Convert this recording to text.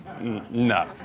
No